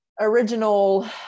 original